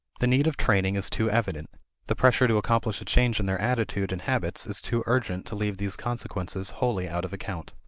the need of training is too evident the pressure to accomplish a change in their attitude and habits is too urgent to leave these consequences wholly out of account.